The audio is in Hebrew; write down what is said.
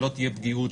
שלא תהיה פגיעות,